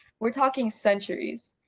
we're talking centuries!